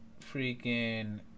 freaking